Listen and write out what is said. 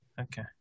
Okay